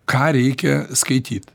ką reikia skaityt